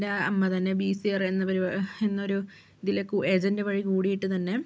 എൻ്റെ അമ്മ തന്നെ ബിസിആർ എന്ന എന്നൊരു ഇതിലെ ഏജൻറ്റ് വഴി കൂടിയിട്ട് തന്നെ